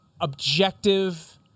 objective